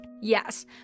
Yes